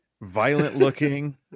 violent-looking